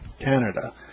Canada